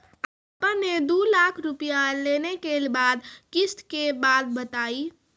आपन ने दू लाख रुपिया लेने के बाद किस्त के बात बतायी?